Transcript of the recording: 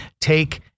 take